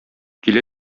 килә